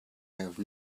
have